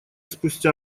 спустя